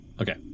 Okay